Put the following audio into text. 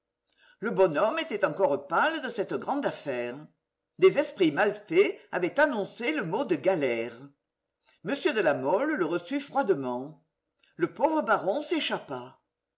le bonhomme était encore pâle de cette grande affaire des esprits mal faits avaient annoncé le mot de galères m de la mole le reçut froidement le pauvre baron s'échappa